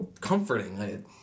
comforting